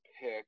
pick